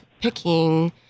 picking